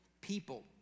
people